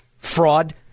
Fraud